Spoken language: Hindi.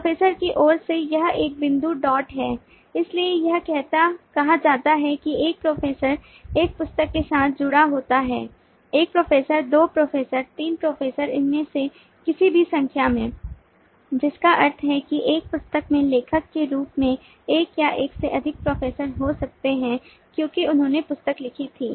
प्रोफ़ेसर की ओर से यह एक बिंदु डॉट है इसलिए यह कहा जाता है कि एक प्रोफेसर एक पुस्तक के साथ जुड़ा होता है एक प्रोफेसर दो प्रोफेसर तीन प्रोफेसर उनमें से किसी भी संख्या में जिसका अर्थ है कि एक पुस्तक में लेखक के रूप में एक या एक से अधिक प्रोफेसर हो सकते हैं क्योंकि उन्होंने पुस्तक लिखी थी